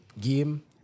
game